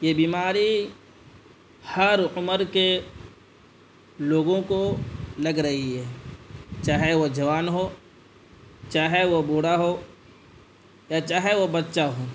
یہ بیماری ہر عمر کے لوگوں کو لگ رہی ہے چاہے وہ جوان ہو چاہے وہ بوڑھا ہو یا چاہے وہ بچہ ہو